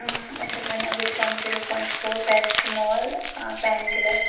اَسہِ حظ ؤنِو ویلٹینگ زیٖروٗ پۅایِنٛٹ فور پٔرسٹٕمال آ پین کِلر